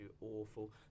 awful